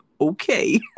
Okay